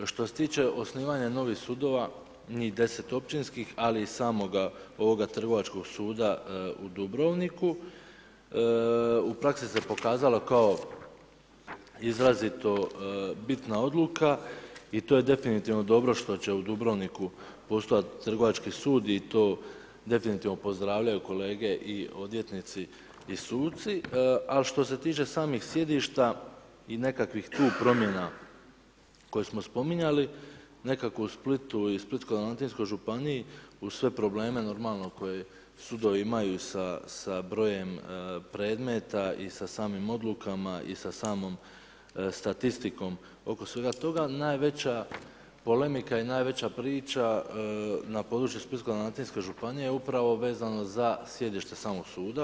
Što se tiče osnivanja novih sudova, njih 10 općinskih, ali i samoga ovoga trgovačkog suda u Dubrovniku, u praksi se pokazalo kao izrazito bitna odluka i to je definitivno dobro što će u Dubrovniku postojati trgovački sud i to definitivno pozdravljaju kolege i odvjetnici i suci, ali što se tiče samih sjedišta i nekakvih tu promjena, koje smo spominjali, nekako u Splitu i u Splitsko dalmatinskoj županiji, uz sve probleme, normalno, koje sudovi imaju sa brojem predmeta i sa samim odlukama i sa samom statistikom oko svega toga, najveća polemika i najveća priča, na području Splitsko dalmatinske županije je upravo vezano za sjedište samog suda.